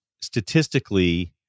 statistically